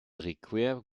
requiert